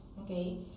okay